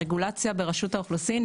הרגולציה ברשות האוכלוסין,